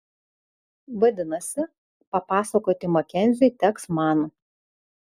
vadinasi papasakoti makenziui teks man